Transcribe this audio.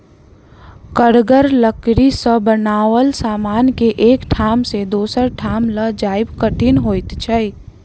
कड़गर लकड़ी सॅ बनाओल समान के एक ठाम सॅ दोसर ठाम ल जायब कठिन होइत छै